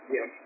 Yes